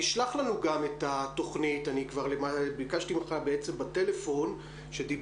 תשלח לנו גם את התוכנית כבר ביקשתי ממך בטלפון כשדיברנו